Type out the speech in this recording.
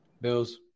Bills